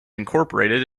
incorporated